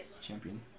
Champion